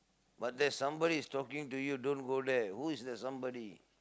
but there's somebody is talking to you don't go there who is that somebody